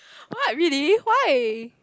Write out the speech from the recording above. what really why